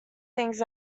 things